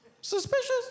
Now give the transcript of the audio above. suspicious